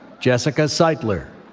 jessica seitler.